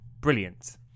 brilliant